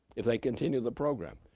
if they continue the program,